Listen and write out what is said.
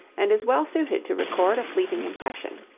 and is well suited to record a fleeting impression.